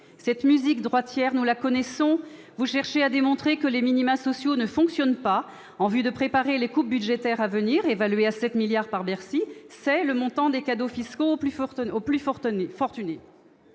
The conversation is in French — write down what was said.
Cette musique droitière, nous la connaissons. Vous cherchez à démontrer que les minima sociaux ne « fonctionnent pas » en vue de préparer les coupes budgétaires à venir, évaluées à 7 milliards d'euros par Bercy : c'est le montant des cadeaux fiscaux aux plus fortunés.